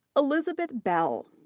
elizabeth bell,